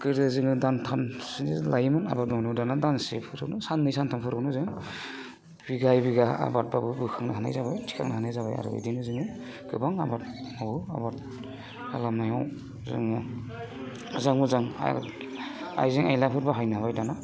गोदो जोङो दानथामसो लायोमोन आबाद मावनायाव दानिया दानसेफोरावनो साननै सानथामफोरावनो जों बिगायै बिगा आबादबाबो बोखांनो हानाय जाबाय थिखांनो हानाय जाबाय आरो बिदिनो जोङो गोबां आबाद मावो आबाद खालामनायाव जोङो मोजां मोजां आयजें आयलाफोर बाहायनो हाबाय दानिया